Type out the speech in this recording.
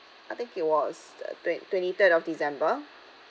I think it was twenty twenty third of december